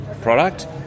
product